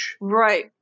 Right